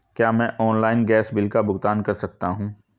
क्या मैं online gas bill का भुगतान कर सकता हूँ?